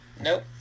nope